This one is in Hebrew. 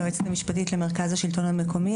היועצת המשפטית למרכז השלטון המקומי.